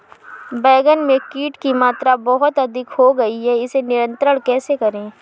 बैगन में कीट की मात्रा बहुत अधिक हो गई है इसे नियंत्रण कैसे करें?